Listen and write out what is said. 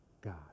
God